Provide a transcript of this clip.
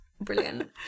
Brilliant